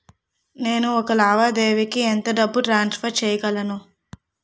నేను ఒక లావాదేవీకి ఎంత డబ్బు ట్రాన్సఫర్ చేయగలను?